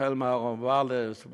החל מהרב וולס,